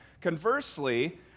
Conversely